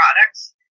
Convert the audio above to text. products